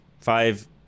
five